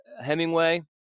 Hemingway